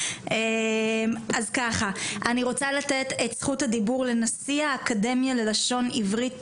אני רוצה לתת את זכות הדיבור לנשיא האקדמיה ללשון הערבית,